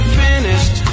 finished